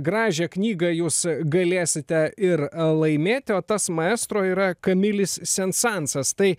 gražią knygą jūs galėsite ir laimėti o tas maestro yra kamilis sensancas tai